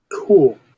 Cool